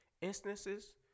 instances